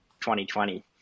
2020